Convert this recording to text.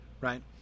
right